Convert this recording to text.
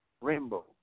rainbow